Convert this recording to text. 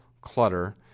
clutter